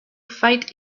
fight